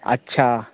अच्छा